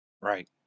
Right